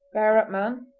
bear up, man